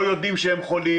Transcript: שלא יודעים שהם חולים